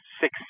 six